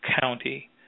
county